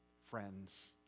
friends